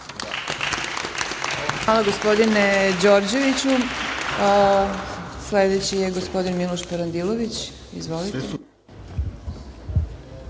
Hvala, gospodine Đorđeviću. Sledeći je gospodin Miloš Parandilović. Izvolite.